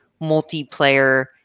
multiplayer